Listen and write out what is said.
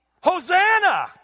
Hosanna